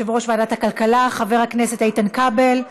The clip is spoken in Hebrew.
תודה רבה ליושב-ראש ועדת הכלכלה חבר הכנסת איתן כבל.